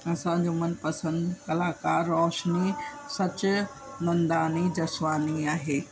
असांजो मनपसंदि कलाकारु रोशनी सच नंदानी जसवानी आहे